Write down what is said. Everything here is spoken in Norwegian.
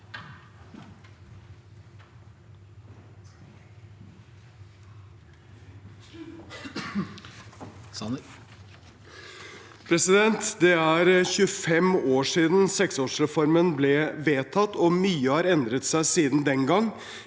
Det er 25 år siden seksårsreformen ble vedtatt, og mye har endret seg siden den gang